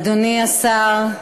אדוני השר,